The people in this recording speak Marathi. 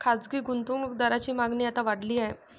खासगी गुंतवणूक दारांची मागणी आता वाढली आहे